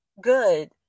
good